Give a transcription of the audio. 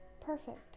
perfect